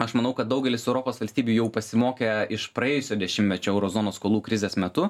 aš manau kad daugelis europos valstybių jau pasimokė iš praėjusio dešimtmečio euro zonos skolų krizės metu